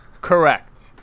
Correct